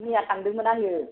मैया थांदोंमोन आङो